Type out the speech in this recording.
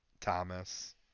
Thomas